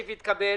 הסעיף התקבל.